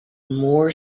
more